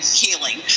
healing